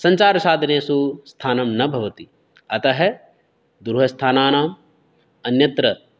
सञ्चारसाधनेसु स्थानं न भवति अतः दूरस्थानानां अन्यत्र